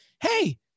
Hey